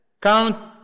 Count